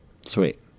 Sweet